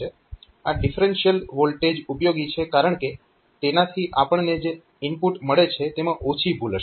આ differential voltage ઉપયોગી છે કારણકે તેનાથી આપણને જે ઇનપુટ મળે છે તેમાં ઓછી ભૂલ હશે